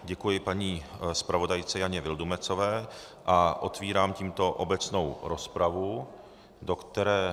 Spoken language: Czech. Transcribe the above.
Děkuji paní zpravodajce Jane Vildumetzové a otvírám tímto obecnou rozpravu, do které...